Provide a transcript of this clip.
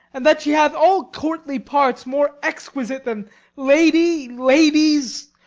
and that she hath all courtly parts more exquisite than lady, ladies,